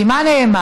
כי מה נאמר?